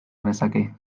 genezake